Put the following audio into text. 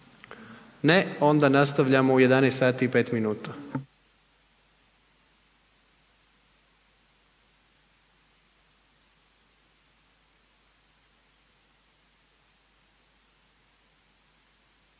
Ne. Onda nastavljamo u 11 sati i 5 minuta.